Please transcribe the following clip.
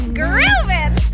grooving